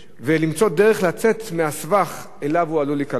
ולמצוא דרך לצאת מהסבך שאליו הוא עלול להיקלע.